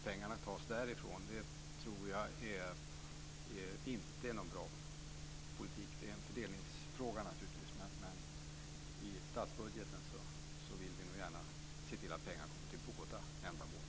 Pengarna tas därifrån. Det tror jag inte är någon bra politik. Det är naturligtvis en fördelningsfråga, men i statsbudgeten vill vi nog gärna se till att pengar kommer till båda ändamålen.